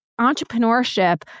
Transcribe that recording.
entrepreneurship